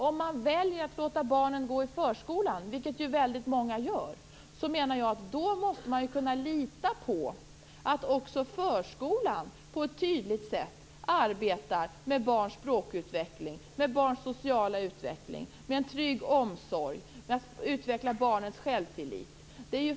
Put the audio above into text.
Om man väljer att låta barnen gå i förskolan, vilket ju väldigt många gör, måste man kunna lita på att också förskolan på ett tydligt sätt arbetar med barns språkutveckling, med barns sociala utveckling, med en trygg omsorg och med att utveckla barns självtillit.